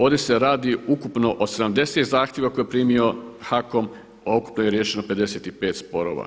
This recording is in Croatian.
Ovdje se radi ukupno o 70 zahtjeva koje je primio HAKOM, a ukupno je riješeno 55 sporova.